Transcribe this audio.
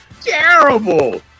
terrible